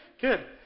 Good